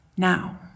Now